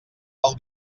del